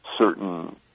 certain